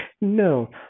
no